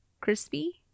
crispy